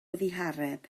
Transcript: ddihareb